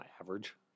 average